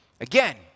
again